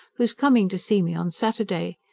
who is coming to see me on saturday.